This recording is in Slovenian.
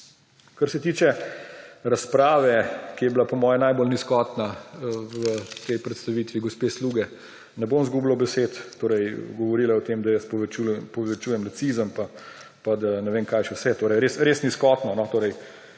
Kar se tiče razprave, ki je bila po moje najbolj nizkotna v tej predstavitvi, gospe Sluge, ne bom izgubljal besed. Torej govorila je o tem, da jaz povečujem nacizem, pa da, ne vem kaj še vse. Torej res res nizkotno, torej